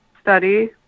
study